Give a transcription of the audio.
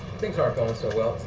things aren't going so well.